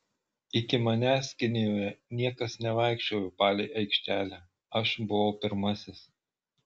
iki manęs kinijoje niekas nevaikščiojo palei aikštelę aš buvau pirmasis